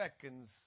seconds